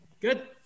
good